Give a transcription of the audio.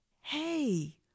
hey